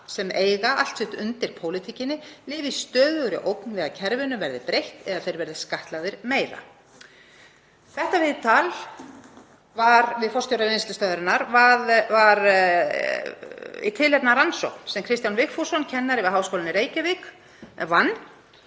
sem eiga allt sitt undir pólitíkinni, lifa í stöðugri ógn við að kerfinu verði breytt eða að þeir verði skattlagðir meira.“ Þetta viðtal við forstjóra Vinnslustöðvarinnar var tekið í tilefni af rannsókn sem Kristján Vigfússon, kennari við Háskólann í Reykjavík, vann